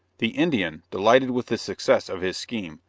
the indian, delighted with the success of his scheme,